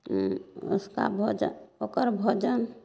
उसका भोजन ओकर भोजन